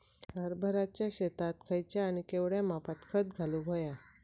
हरभराच्या शेतात खयचा आणि केवढया मापात खत घालुक व्हया?